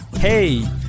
Hey